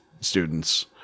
students